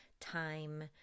time